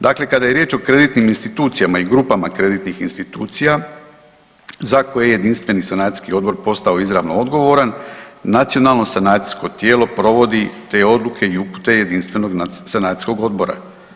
Dakle, kada je riječ o kreditnim institucijama i grupama kreditnih institucija za koje je jedinstveni sanacijski odbor postao izravno odgovoran nacionalno sanacijsko tijelo provodi te odluke i upute jedinstvenog sanacijskog odbora.